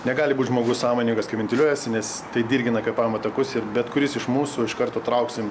negali būt žmogus sąmoningas kai ventiliuojasi nes tai dirgina kvėpavimo takus ir bet kuris iš mūsų iš karto trauksim